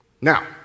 Now